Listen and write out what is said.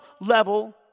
level